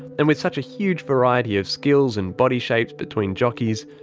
and with such a huge variety of skills and body shapes between jockeys,